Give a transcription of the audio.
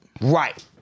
Right